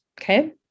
okay